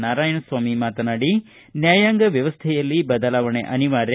ನಾರಾಯಣ ಸ್ವಾಮಿ ಮಾತನಾಡಿ ನ್ಯಾಯಾಂಗ ವ್ಯವಸ್ಥೆಯಲ್ಲಿ ಬದಲಾವಣೆ ಅನಿವಾರ್ಯ